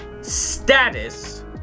status